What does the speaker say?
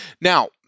Now